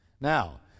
Now